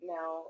Now